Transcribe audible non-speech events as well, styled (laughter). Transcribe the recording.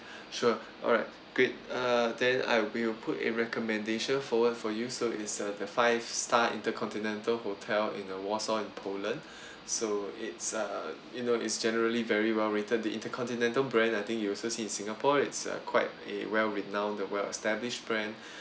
sure alright great err then I will put a recommendation forward for you so it's a the five star intercontinental hotel in the warsaw in poland (breath) so it's uh you know is generally very well rated the intercontinental brand I think you also see in singapore it's uh quite a well renown the well established brand